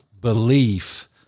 belief